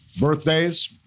birthdays